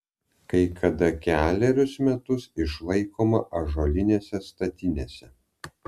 kai kada kelerius metus išlaikoma ąžuolinėse statinėse